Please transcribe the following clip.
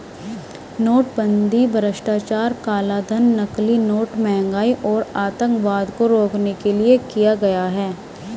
नोटबंदी भ्रष्टाचार, कालाधन, नकली नोट, महंगाई और आतंकवाद को रोकने के लिए किया गया